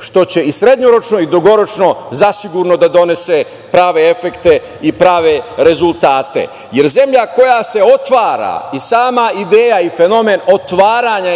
što će srednjoročno i dugoročno zasigurno da donese prave efekte i prave rezultate. Zemlja koja se otvara i sama ideja i fenomen otvaranja je